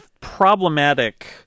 problematic